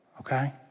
okay